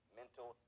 mental